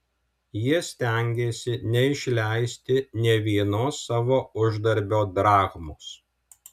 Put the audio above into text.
jie stengėsi neišleisti nė vienos savo uždarbio drachmos